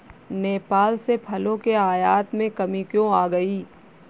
नेपाल से फलों के आयात में कमी क्यों आ गई?